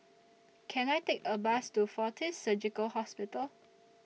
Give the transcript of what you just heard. Can I Take A Bus to Fortis Surgical Hospital